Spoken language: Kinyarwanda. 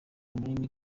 munini